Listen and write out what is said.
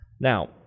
Now